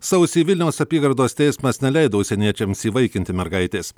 sausį vilniaus apygardos teismas neleido užsieniečiams įvaikinti mergaitės